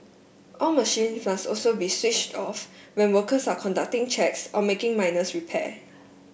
all machine also be switched off when workers are conducting checks or making minors repair